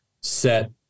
set